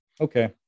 okay